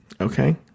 Okay